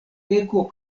beko